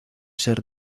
ser